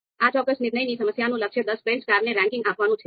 આ ચોક્કસ નિર્ણયની સમસ્યાનું લક્ષ્ય દસ ફ્રેન્ચ કારને રેન્કિંગ આપવાનું છે